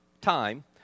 time